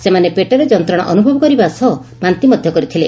ସେମାନେ ପେଟରେ ଯନ୍ତଣା ଅନୁଭବ କରିବା ସହ ବାନ୍ତି ମଧ୍ଧ କରିଥିଲେ